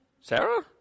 Sarah